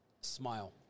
smile